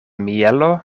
mielo